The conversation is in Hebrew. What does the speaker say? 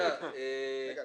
המקומית,